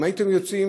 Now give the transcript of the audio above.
אם הייתם יוצאים,